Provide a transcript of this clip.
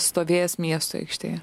stovės miesto aikštėje